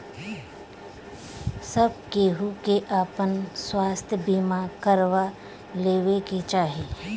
सब केहू के आपन स्वास्थ्य बीमा करवा लेवे के चाही